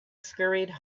scurried